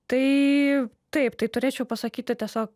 tai taip tai turėčiau pasakyti tiesiog